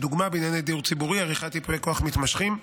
לדוגמה בענייני דיור ציבורי ועריכת ייפוי כוח מתמשכים.